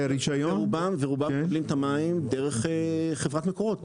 רובם מקבלים את המים דרך חברת מקורות,